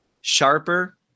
sharper